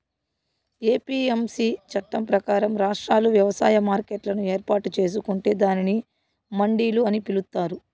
APMC చట్టం ప్రకారం, రాష్ట్రాలు వ్యవసాయ మార్కెట్లను ఏర్పాటు చేసుకొంటే దానిని మండిలు అని పిలుత్తారు